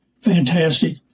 fantastic